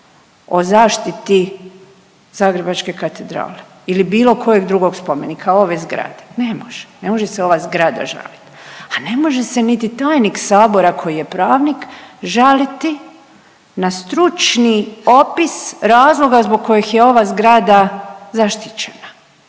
o zaštiti Zagrebačke katedrale ili bilo kojeg drugog spomenika ove zgrade, ne može, ne može se ova zgrada žalit, a ne može se niti tajnik sabora koji je pravnik žaliti na stručni opis razloga zbog kojih je ova zgrada zaštićena,